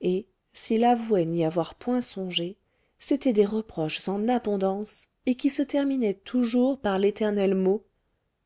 et s'il avouait n'y avoir point songé c'étaient des reproches en abondance et qui se terminaient toujours par l'éternel mot